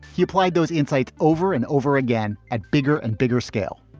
he applied those insights over and over again at bigger and bigger scale.